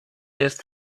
jest